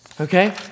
okay